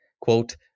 quote